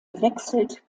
wechselt